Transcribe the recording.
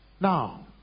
Now